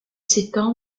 s’étend